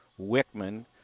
Wickman